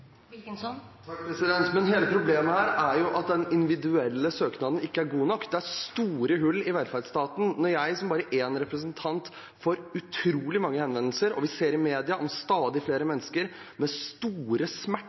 Men hele problemet her er jo at den individuelle søknaden ikke er god nok. Det er store hull i velferdsstaten. Når jeg, som bare én representant, får utrolig mange henvendelser, og vi ser i media om stadig flere mennesker med store smerter